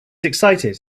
excited